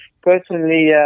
personally